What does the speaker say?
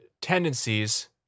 tendencies